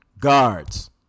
Guards